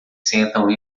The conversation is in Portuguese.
sentam